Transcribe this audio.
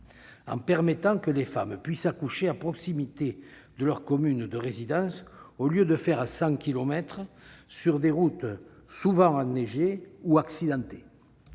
en permettant que les futures mères puissent accoucher à proximité de leur commune de résidence, au lieu de devoir faire cent kilomètres sur des routes souvent enneigées ou accidentées.